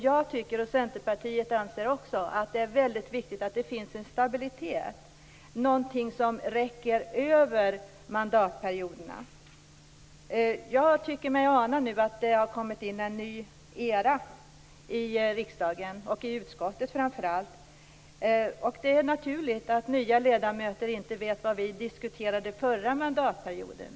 Jag tycker, och Centerpartiet anser också, att det är väldigt viktigt att det finns en stabilitet, något som räcker över mandatperioderna. Jag tycker mig ana att vi har kommit in i en ny era i riksdagen och framför allt i utskottet. Det är naturligt att nya ledamöter inte vet vad vi diskuterade förra mandatperioden.